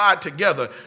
Together